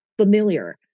familiar